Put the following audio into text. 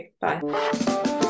bye